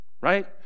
right